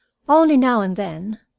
only, now and then,